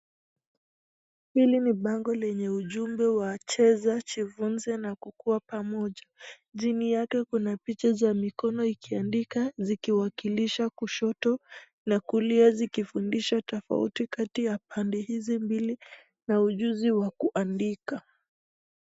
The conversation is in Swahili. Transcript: Hili ni bango lenye ujumbe wa Cheza, Jifunze na Kukuwa pamoja. Chini yake kuna picha za mikono ikiandika zikiwakilisha kushoto na kulia zikifundisha tofauti kati ya pande hizi mbili na ujuzi wa kuandika.